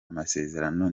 amasezerano